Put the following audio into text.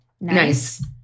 Nice